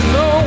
no